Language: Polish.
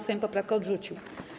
Sejm poprawkę odrzucił.